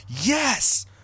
Yes